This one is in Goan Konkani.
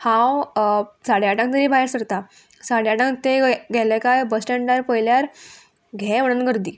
हांव साडे आठांक तरी भायर सरतां साडे आठांक थंय गेलें काय बस स्टँडार पयल्यार घे म्हणून गर्दी